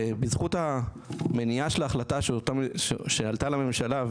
בזכות המניעה של ההחלטה שעלתה לממשלה,